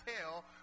tell